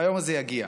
והיום הזה יגיע.